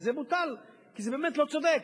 וזה בוטל כי זה באמת לא צודק.